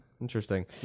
interesting